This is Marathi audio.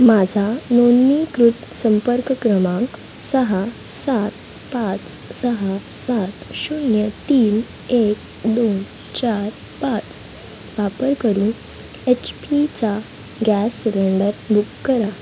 माझा नोंदणीकृत संपर्क क्रमांक सहा सात पाच सहा सात शून्य तीन एक दोन चार पाच वापर करून एच पीचा गॅस सिलेंडर बुक करा